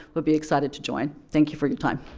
would be excited to join. thank you for your time.